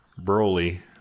Broly